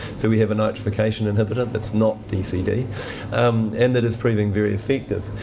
so we have a nitrification inhibitor that's not dcd and that is proving very effective.